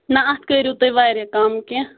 نہ اتھ کٔرو تُہۍ واریاہ کم کینہہ